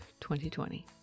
2020